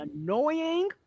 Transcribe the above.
annoying